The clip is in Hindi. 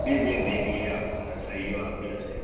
नहीं भैया देख लिया आपको मैं सही हो आप भी वैसे